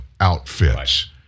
outfits